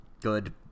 good